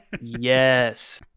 Yes